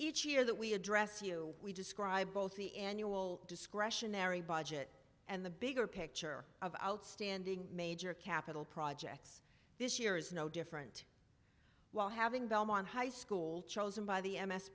each year that we address you we describe both the annual discretionary budget and the bigger picture of outstanding major capital projects this year is no different while having belmont high school chosen by the m s